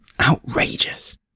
Outrageous